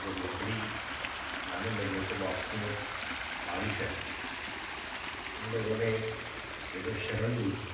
और जब लकड़ी लाने लगे तो वापसी में बारिश आई उन लोगों ने जगह शरण ली